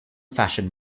fashion